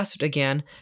again